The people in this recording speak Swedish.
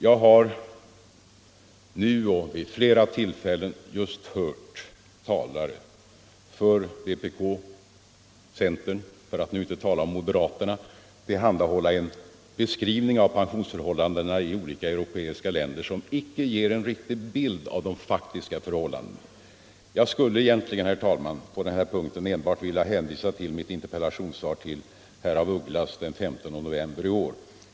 Jag har, nu och vid flera tillfällen, just hört talare för vpk och centern — för att nu inte tala om moderaterna — tillhandahålla en beskrivning av pensionsförhållandena i olika europeiska länder som inte ger en riktig bild av de faktiska förhållandena. Jag skulle egentligen, herr talman, på den här punkten enbart vilja hänvisa till mitt interpellationssvar till herr af Ugglas den 15 november i år.